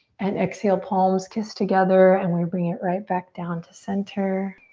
and exhale, palms kiss together and we bring it right back down to center.